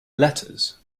letters